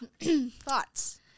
Thoughts